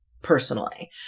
personally